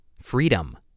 Freedom